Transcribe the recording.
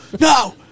no